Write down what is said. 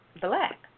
black